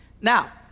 Now